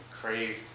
crave